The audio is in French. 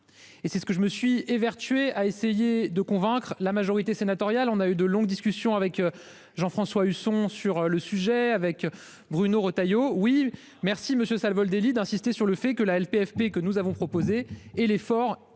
Et c'est ce que je me suis évertué à essayer de convaincre la majorité sénatoriale. On a eu de longues discussions avec. Jean-François Husson, sur le sujet avec Bruno Retailleau. Oui, merci Monsieur Salvodelli d'insister sur le fait que la LPFP que nous avons proposé et l'effort